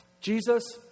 Jesus